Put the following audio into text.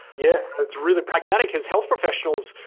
yeah it's really pragmatic. as health professionals,